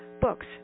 books